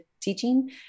teaching